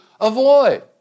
avoid